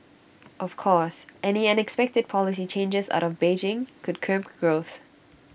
of course any unexpected policy changes out of Beijing could crimp growth